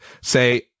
say